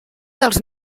dels